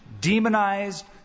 demonized